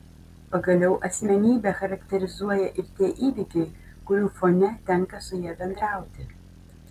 pagaliau asmenybę charakterizuoja ir tie įvykiai kurių fone tenka su ja bendrauti